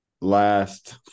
last